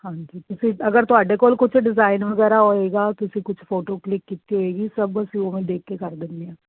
ਹਾਂਜੀ ਤੁਸੀਂ ਅਗਰ ਤੁਹਾਡੇ ਕੋਲ ਕੁਛ ਡਿਜ਼ਾਇਨ ਵਗੈਰਾ ਹੋਏਗਾ ਤੁਸੀਂ ਕੁਛ ਫੋਟੋ ਕਲਿਕ ਕੀਤੀ ਹੋਏਗੀ ਸਭ ਬਸ ਉਵੇਂ ਹੀ ਦੇਖ ਕੇ ਕਰ ਦਿੰਦੇ ਹਾਂ